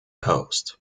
post